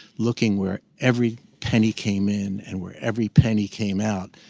looking where every penny came in and where every penny came out,